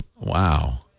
Wow